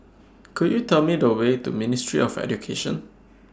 Could YOU Tell Me The Way to Ministry of Education